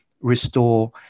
restore